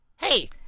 Hey